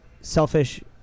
selfish